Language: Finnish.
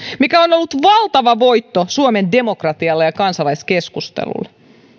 mikä on ollut valtava voitto suomen demokratialle ja kansalaiskeskustelulle